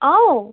অও